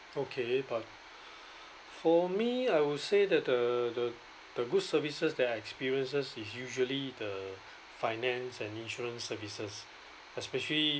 okay but for me I would say that the the the good services that I experiences is usually the finance and insurance services especially